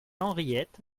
henriette